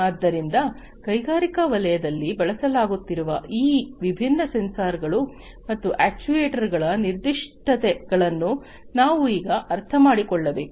ಆದ್ದರಿಂದ ಕೈಗಾರಿಕಾ ವಲಯದಲ್ಲಿ ಬಳಸಲಾಗುತ್ತಿರುವ ಈ ವಿಭಿನ್ನ ಸೆನ್ಸಾರ್ಗಳು ಮತ್ತು ಅಕ್ಚುಯೆಟರ್ಸ್ಗಗಳ ನಿರ್ದಿಷ್ಟತೆಗಳನ್ನು ನಾವು ಈಗ ಅರ್ಥಮಾಡಿಕೊಳ್ಳಬೇಕು